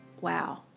wow